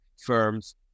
firms